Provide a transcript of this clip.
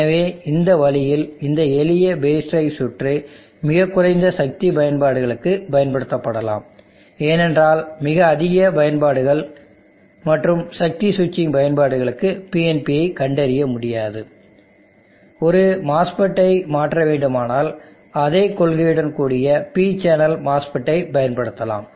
எனவே இந்த வழியில் இந்த எளிய பேஸ் டிரைவ் சுற்று மிகக் குறைந்த சக்தி பயன்பாடுகளுக்குப் பயன்படுத்தப்படலாம் ஏனென்றால் மிக அதிக சக்தி பயன்பாடுகள் மற்றும் சக்தி ஸ்விட்சிங் பயன்பாடுகளுக்கு PNP ஐ கண்டறிய முடியாது ஒரு MOSFET ஐ மாற்ற வேண்டுமானால் அதே கொள்கையுடன் கூடிய P சேனல் MOSFET ஐப் பயன்படுத்தலாம்